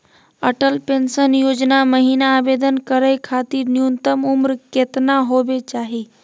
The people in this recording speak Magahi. अटल पेंसन योजना महिना आवेदन करै खातिर न्युनतम उम्र केतना होवे चाही?